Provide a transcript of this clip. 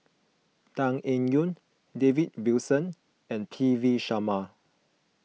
Tan Eng Yoon David Wilson and P V Sharma